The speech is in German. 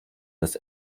dass